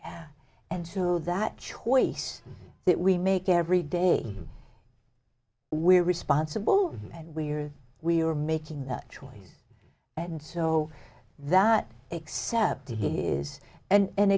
yeah and to that choice that we make every day we're responsible and we are we are making that choice and so that except it is and a